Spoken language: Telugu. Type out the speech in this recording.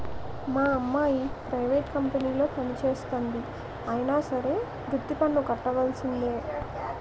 మా అమ్మాయి ప్రైవేట్ కంపెనీలో పనిచేస్తంది అయినా సరే వృత్తి పన్ను కట్టవలిసిందే